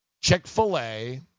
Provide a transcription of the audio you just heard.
Chick-fil-A